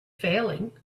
failing